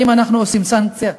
האם אנחנו עושים סנקציה?